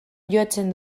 jotzen